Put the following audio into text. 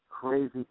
crazy